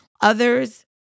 Others